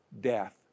death